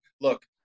look